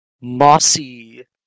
mossy